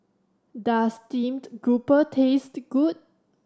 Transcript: does steamed grouper taste good